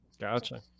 Gotcha